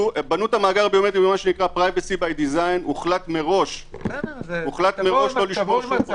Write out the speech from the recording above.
בנו את המאגר הביומטרי - הוחלט מראש לא לשמור שום פרט.